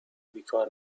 بیکار